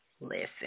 Listen